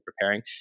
preparing